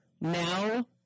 now